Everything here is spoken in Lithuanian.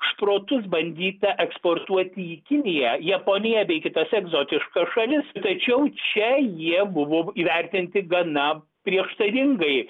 šprotus bandyta eksportuoti į kiniją japoniją bei kitas egzotiškas šalis tačiau čia jie buvo įvertinti gana prieštaringai